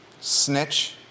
snitch